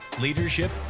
leadership